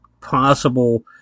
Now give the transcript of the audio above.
possible